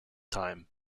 time